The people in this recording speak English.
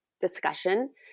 discussion